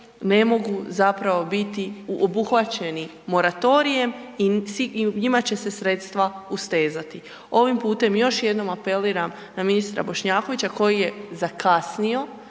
ne mogu zapravo biti obuhvaćeni moratorijem i njima će se sredstva ustezati. Ovim putem još jednom apeliram na ministra Bošnjakovića koji je zakasnio